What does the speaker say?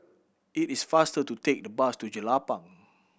it is faster to take the bus to Jelapang